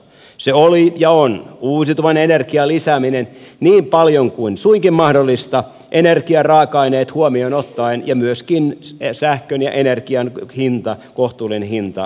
se oli ja on uusiutuvan energian lisääminen niin paljon kuin suinkin mahdollista energiaraaka aineet huomioon ottaen ja myöskin sähkön ja energian hinta kohtuullinen hinta huomioon ottaen